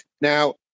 Now